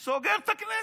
אני סוגר את הכנסת.